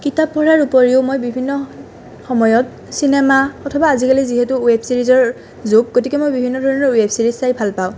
কিতাপ পঢ়াৰ উপৰিও মই বিভিন্ন সময়ত চিনেমা অথবা আজিকালি যিহেতু ৱেব চিৰিজৰ যোগ গতিকে মই বিভিন্ন ধৰণৰ ৱেব চিৰিজ চাই ভাল পাওঁ